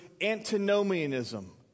antinomianism